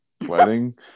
wedding